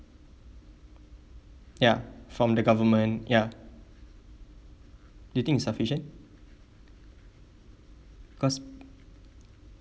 ya from the government ya do you think it's sufficient cause